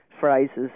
Phrases